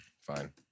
fine